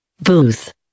Booth